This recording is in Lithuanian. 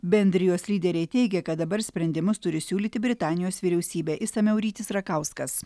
bendrijos lyderiai teigė kad dabar sprendimus turi siūlyti britanijos vyriausybė išsamiau rytis rakauskas